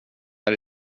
här